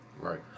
Right